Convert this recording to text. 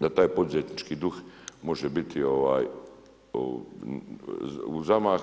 za taj poduzetnički duh može biti u zamahu.